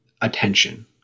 attention